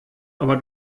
aber